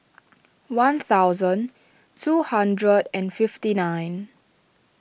one thousand two hundred and fifty nine